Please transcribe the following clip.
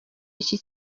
iki